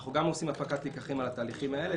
אנחנו עושים הפקת לקחים גם על התהליכים האלה.